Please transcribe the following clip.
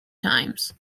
times